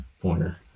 pointer